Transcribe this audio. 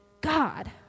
God